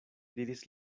diris